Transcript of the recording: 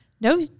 no